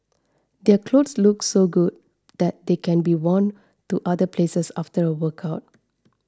their clothes look so good that they can be worn to other places after a workout